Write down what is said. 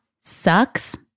sucks